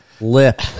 lip